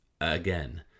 Again